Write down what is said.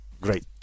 Great